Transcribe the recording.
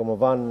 כמובן,